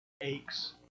aches